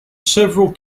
several